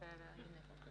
ההערה נרשמה.